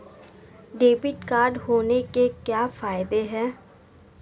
Debit card होने के क्या फायदे हैं?